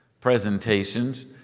presentations